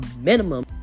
minimum